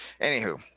anywho